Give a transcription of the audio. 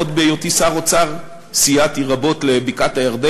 עוד בהיותי שר האוצר סייעתי רבות לבקעת-הירדן,